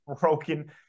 broken